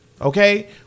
Okay